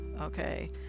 okay